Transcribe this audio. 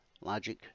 Logic